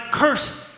cursed